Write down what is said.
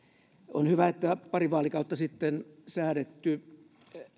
on hyvä että pari vaalikautta sitten säädetty